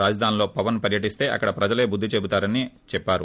రాజధానిలో పవన్ పర్వటిస్తే అక్కడి ప్రజలే బుద్ది చెబుతారని చెప్పారు